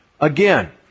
Again